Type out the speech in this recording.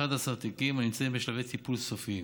11 תיקים הנמצאים בשלבי טיפול סופיים.